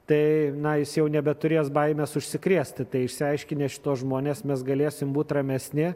tai na jis jau nebeturės baimės užsikrėsti tai išsiaiškinę šituos žmones mes galėsim būt ramesni